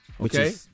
Okay